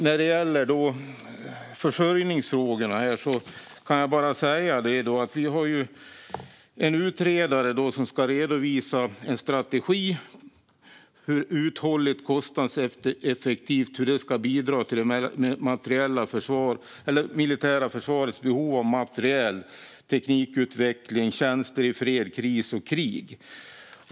När det sedan gäller försörjningsfrågorna kan jag säga att vi har en utredare som ska redovisa en strategi som på ett uthålligt och kostnadseffektivt sätt ska bidra till det militära försvarets behov av materiel, teknikutveckling och tjänster i fred, kris och krig.